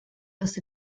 los